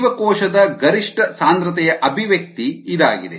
5 ಜೀವಕೋಶದ ಗರಿಷ್ಠ ಸಾಂದ್ರತೆಯ ಅಭಿವ್ಯಕ್ತಿ ಇದಾಗಿದೆ